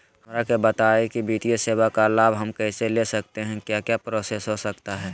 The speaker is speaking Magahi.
हमरा के बताइए की वित्तीय सेवा का लाभ हम कैसे ले सकते हैं क्या क्या प्रोसेस हो सकता है?